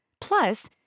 Plus